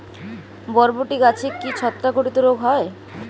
বরবটি গাছে কি ছত্রাক ঘটিত রোগ হয়?